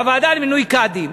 בוועדה למינוי קאדים